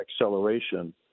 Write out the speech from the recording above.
acceleration